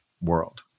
world